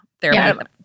therapy